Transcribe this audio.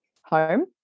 home